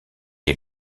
est